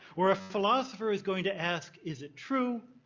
where a philosopher is going to ask, is it true?